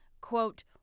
quote